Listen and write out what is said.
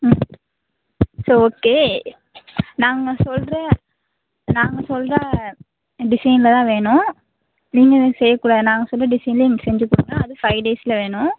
ம் சரி ஓகே நாங்கள் சொல்கிற நாங்கள் சொல்கிற டிசைனில் தான் வேணும் நீங்கள் செய்யக்கூடாது நாங்கள் சொன்ன டிசைனில் நீங்கள் செஞ்சு கொடுங்க அதுவும் ஃபைவ் டேஸில் வேணும்